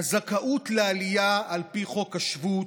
הזכאות לעלייה על פי חוק השבות,